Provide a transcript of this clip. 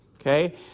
okay